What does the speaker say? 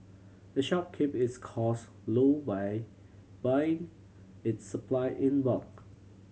the shop keep its cost low by buying its supply in bulk